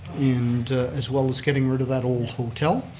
and as well as getting rid of that old hotel.